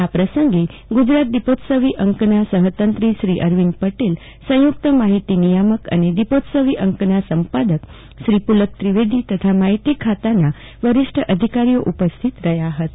આ પ્રસંગે ગુજરાત દીપોત્સવ અંકના સહતંત્રી અરવિંદ પટેલ સંયુક્ત માહિતી નિયામક અને દીપોત્સવી અંકના સંપાદક શ્રી પુલક ત્રિવેદી તથા માહિતી ખાતાના વરીષ્ઠ અધિકારીઓ ઉપસ્થિત રહ્યા હતા